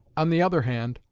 on the other hand,